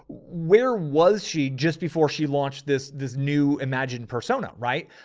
where was she just before she launched this, this new imagined persona. right.